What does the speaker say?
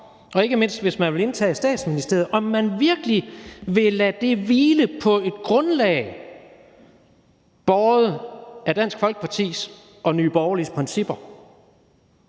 om, ikke mindst hvis man vil indtage Statsministeriet, altså om man virkelig vil lade det hvile på et grundlag båret af Dansk Folkepartis og Nye Borgerliges principper.